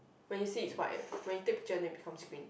when you see it's white when you take pictures then becomes green